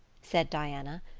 said diana.